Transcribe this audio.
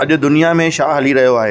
अॼु दुनिया में छा हली रहियो आहे